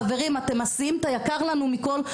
חברים, אתם מסיעים את היקר לנו מכול.